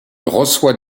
reçoit